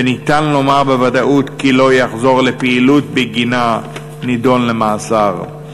ואפשר לומר בוודאות כי לא יחזור לפעילות שבגינה נידון למאסר.